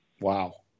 wow